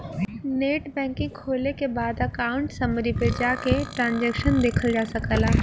net banking खोले के बाद अकाउंट समरी पे जाके ट्रांसैक्शन देखल जा सकला